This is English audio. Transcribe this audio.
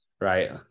right